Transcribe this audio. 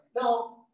Now